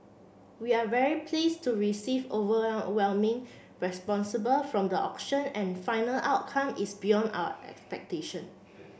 we are very pleased to receive overwhelming responsible from the auction and final outcome is beyond our expectation